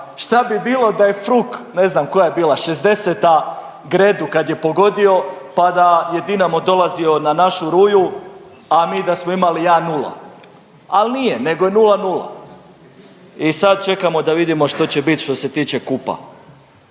šta bi bilo da je Fruk, ne znam koja je bila 60-ta, gredu kad je pogodio, pa da je Dinamo dolazio na našu ruju, a mi da smo imali 1:0, al nije, nego je 0:0 i sad čekamo da vidimo što će bit što se tiče kupa.